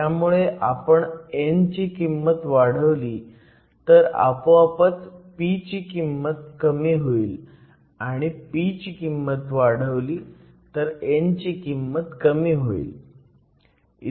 त्यामुळे आपण n ची किंमत वाढवली तर आपोआपच p ची किंमत कमी होईल आणि p ची किंमत वाढवली तर n ची किंमत कमी होईल